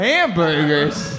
Hamburgers